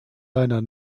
deiner